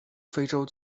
非洲